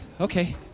okay